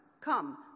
come